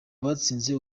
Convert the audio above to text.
batsinze